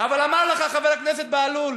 אבל אמר לך חבר הכנסת בהלול,